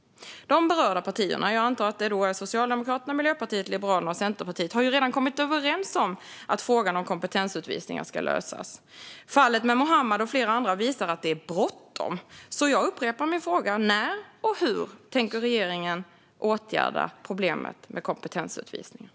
De berörda partierna - jag antar att det är Socialdemokraterna, Miljöpartiet, Liberalerna och Centerpartiet - har ju redan kommit överens om att frågan om kompetensutvisningar ska lösas. Fallet med Muhammad och flera andra visar att det bråttom, så jag upprepar min fråga: När och hur tänker regeringen åtgärda problemet med kompetensutvisningar?